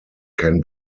can